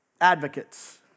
advocates